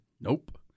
Nope